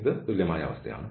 ഇത് തുല്യമായ അവസ്ഥയാണ്